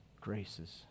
graces